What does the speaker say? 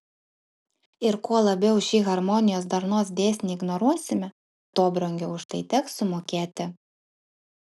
ir kuo labiau šį harmonijos darnos dėsnį ignoruosime tuo brangiau už tai teks sumokėti